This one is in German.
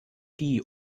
die